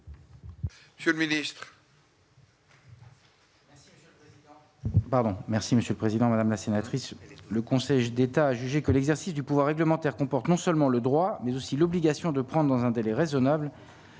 monsieur le Ministre,